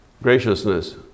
Graciousness